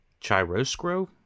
Chiroscro